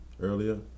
earlier